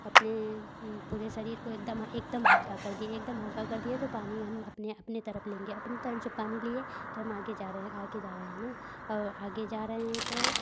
अपने पूरे शरीर को एकदम एकदम हल्का कर दिए एकदम हल्का कर दिए तो पानी हम अपने अपने तरफ लेंगे अपनी तरफ जब पानी लिए तो हम आगे जा रहे हैं आगे जा रहे हैं और आगे जा रहे हैं तो